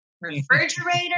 refrigerator